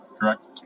correct